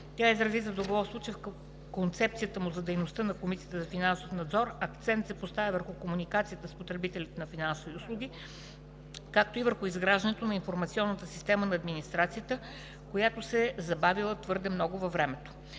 Тя изрази задоволство, че в концепцията му за дейността на Комисията за финансов надзор акцент се поставя върху комуникацията с потребителите на финансови услуги, както и върху изграждането на информационна система на администрацията, която се е забавила твърде много във времето.